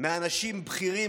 מאנשים בכירים.